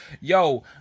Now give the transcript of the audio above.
Yo